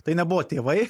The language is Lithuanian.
tai nebuvo tėvai